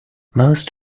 most